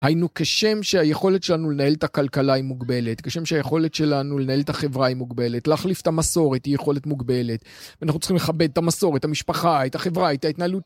היינו כשם שהיכולת שלנו לנהל את הכלכלה היא מוגבלת, כשם שהיכולת שלנו לנהל את החברה היא מוגבלת, להחליף את המסורת היא יכולת מוגבלת, ואנחנו צריכים לכבד את המסורת, את המשפחה, את החברה, את ההתנהלות.